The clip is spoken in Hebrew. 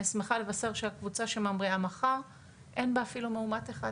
אני שמחה לבשר שהקבוצה שמגיעה מחר אין בה אפילו מאומת אחד